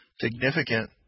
significant